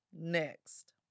Next